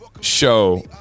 show